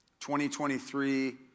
2023